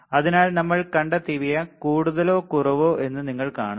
അതിനാൽ നമ്മൾ കണ്ടെത്തിയവ കൂടുതലോ കുറവോ എന്ന് നിങ്ങൾ കാണുന്നു